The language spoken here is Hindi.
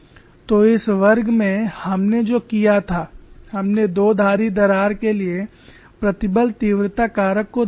तो इस वर्ग में हमने जो किया था हमने दोधारी दरार के लिए प्रतिबल तीव्रता कारक को देखा था